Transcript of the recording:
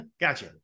gotcha